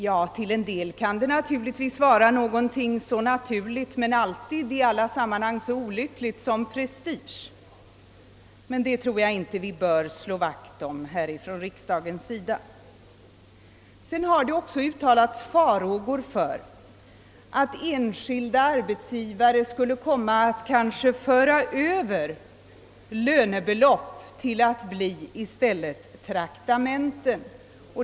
Till en del kan det naturligtvis vara någonting så naturligt men alltid i alla sammanhang så olyckligt som prestige, men något sådant tror jag inte vi bör slå vakt om ifrån riksdagens sida. Sedan har det också uttalats farhå gor för att enskilda arbetsgivare kanske skulle komma att föra över lönebelopp till att bli traktamenten.